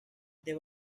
they